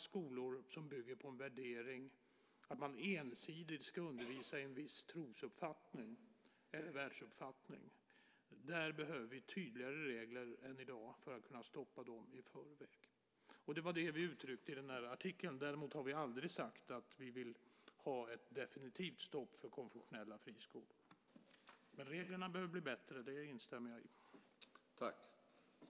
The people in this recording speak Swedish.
Skolor som bygger på en värdering att man ensidigt ska undervisa i en viss trosuppfattning eller världsuppfattning behöver vi tydligare regler för än i dag för att kunna stoppa dem i förväg. Det var det vi uttryckte i artikeln. Däremot har vi aldrig sagt att vi vill ha ett definitivt stopp för konfessionella friskolor. Men reglerna behöver bli bättre, det instämmer jag i.